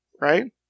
right